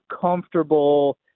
comfortable